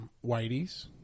Whitey's